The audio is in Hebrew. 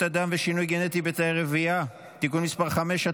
אדם ושינוי גנטי בתאי רבייה) (תיקון מס' 5),